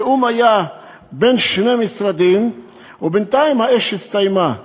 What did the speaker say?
התיאום היה בין שני משרדים ובינתיים האש הסתיימה.